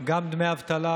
גם דמי אבטלה